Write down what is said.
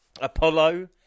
Apollo